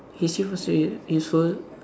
history was u~ useful